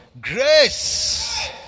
grace